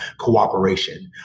cooperation